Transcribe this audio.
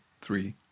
three